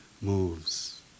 moves